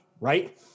right